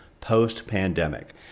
post-pandemic